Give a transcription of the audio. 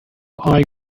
eye